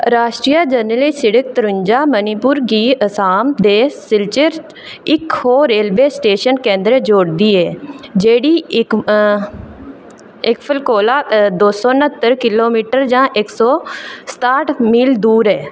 राश्ट्रीय जरनली सिड़क त्रुंजा मणिपुर गी असाम दे सिल्चर च इक होर रेलवे स्टेशन केंदर जोड़दी ऐ जेह्ड़ी इक इकफल कोला दो सौ नह्त्तर किलो मीटर जां इक सौ सताह्ठ मील दूर ऐ